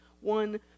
one